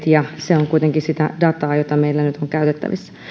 ja se on kuitenkin sitä dataa jota meillä nyt on käytettävissä